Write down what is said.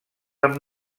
amb